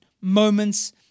moments